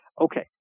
Okay